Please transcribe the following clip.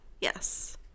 Yes